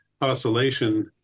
oscillation